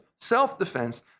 self-defense